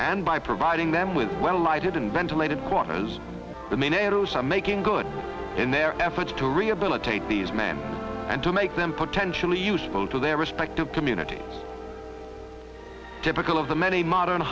and by providing them with well lighted and ventilated quarters the main arrows are making good in their efforts to rehabilitate these men and to make them potentially useful to their respective communities typical of the many modern